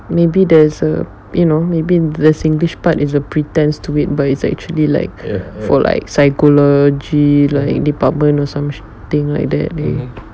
maybe there's a you know maybe the singlish part is a pretends to it but it's actually like for like psychology like department or some thing like that